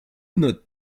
not